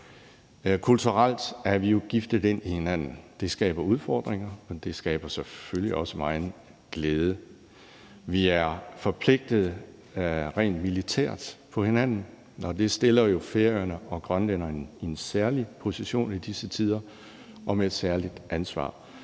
Kulturelt er vi jo gift ind i hinanden. Det skaber udfordringer, men det skaber selvfølgelig også megen glæde. Vi er forpligtet rent militært over for hinanden, og det stiller jo Færøerne og Grønland i en særlig position i disse tider og med et særligt ansvar.